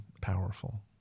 powerful